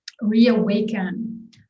reawaken